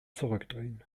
zurückdrehen